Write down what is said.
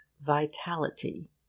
vitality